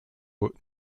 eux